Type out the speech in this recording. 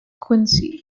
quincy